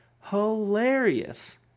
hilarious